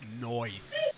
noise